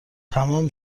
تمام